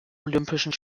olympischen